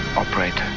operate!